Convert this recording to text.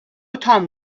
تام